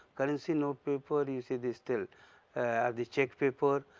currency note paper, you see the still or the cheque paper,